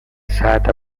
sat